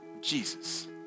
Jesus